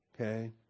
okay